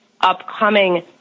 upcoming